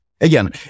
again